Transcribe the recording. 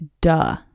Duh